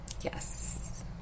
yes